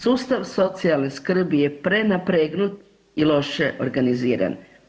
Sustav socijalne skrbi je prenapregnut i loše organiziran.